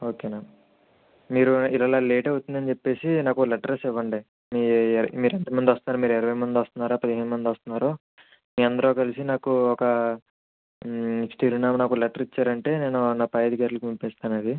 okay ma'am మీరు ఇలా ఇలా లేట్ అవుతుంది అని చెప్పి నాకొక లెటర్ రాసి ఇవ్వండి మీరు ఎంతమంది వస్తున్నారు మీరు ఇరవై మంది వస్తున్నారా పదిహేను మంది వస్తున్నారో మీ అందరూ కలిసి నాకు ఒక చిరునామాతో నాకు ఒక లెటర్ ఇచ్చారంటే నేను నా పై అధికారులకు పంపిస్తాను అది